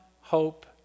hope